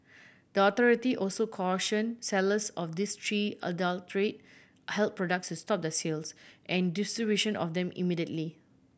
the authority also caution sellers of these three adulterate health products to stop the sales and distribution of them immediately